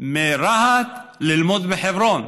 מרהט ללמוד בחברון,